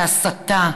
כהסתה,